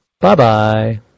bye-bye